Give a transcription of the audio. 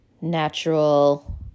natural